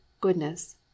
goodness